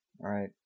Right